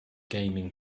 gaming